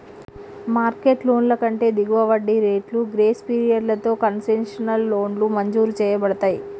market లోన్ల కంటే దిగువ వడ్డీ రేట్లు, గ్రేస్ పీరియడ్లతో కన్సెషనల్ లోన్లు మంజూరు చేయబడతయ్